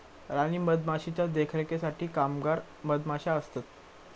राणी मधमाशीच्या देखरेखीसाठी कामगार मधमाशे असतत